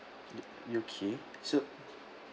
uh U_K so